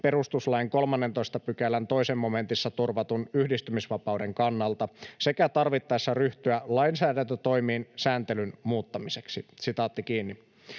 perustuslain 13 §:n 2 momentissa turvatun yhdistymisvapauden kannalta, sekä tarvittaessa ryhtyä lainsäädäntötoimiin sääntelyn muuttamiseksi.” Arvoisa